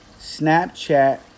Snapchat